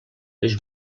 les